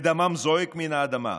ודמם זועק מן האדמה.